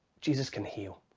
jesus can heal.